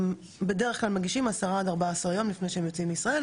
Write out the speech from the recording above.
הם בדרך כלל מגישים 10 עד 14 יום לפני שהם יוצאים מישראל,